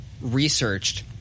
Researched